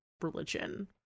religion